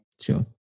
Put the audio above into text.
Sure